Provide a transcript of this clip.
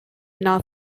not